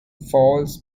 false